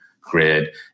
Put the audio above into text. grid